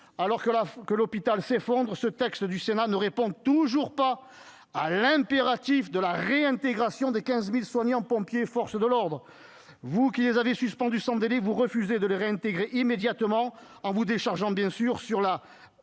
alors que l'hôpital s'effondre, ce texte du Sénat ne répond toujours pas à l'impératif de la réintégration de 15 000 soignants, pompiers et forces de l'ordre ! Vous qui les avez suspendus sans délai, vous refusez de les réintégrer immédiatement en vous déchargeant, bien sûr, de